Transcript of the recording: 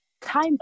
time